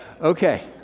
Okay